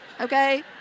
okay